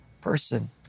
person